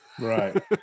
Right